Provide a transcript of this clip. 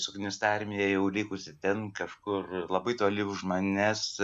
suknista armija jau likusi ten kažkur labai toli už manęs